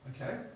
Okay